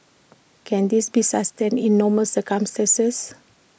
can this be sustained in normal circumstances